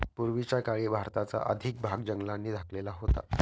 पूर्वीच्या काळी भारताचा अधिक भाग जंगलांनी झाकलेला होता